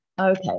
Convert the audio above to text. Okay